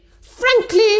Frankly